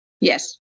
Yes